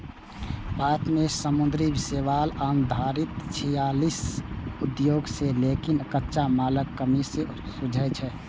भारत मे समुद्री शैवाल आधारित छियालीस उद्योग छै, लेकिन कच्चा मालक कमी सं जूझै छै